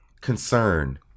concern